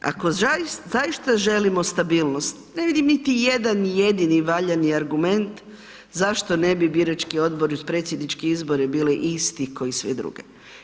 Ako zaista želimo stabilnost, ne vidim niti jedan jedini valjani argument zašto ne bi birački odbor uz predsjedničke izbore bili isti ko i svi drugi?